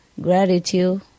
gratitude